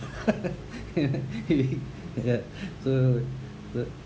the so the